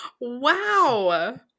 Wow